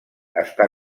està